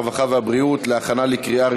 הרווחה והבריאות נתקבלה.